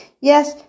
Yes